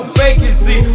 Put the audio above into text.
vacancy